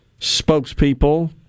spokespeople